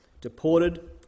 deported